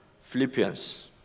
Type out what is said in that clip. Philippians